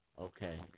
Okay